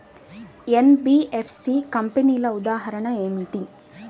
NBFC కంపెనీల ఉదాహరణ ఏమిటి?